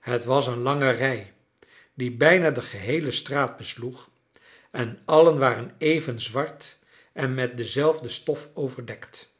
het was een lange rij die bijna de geheele straat besloeg en allen waren even zwart en met dezelfde stof overdekt